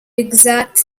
exact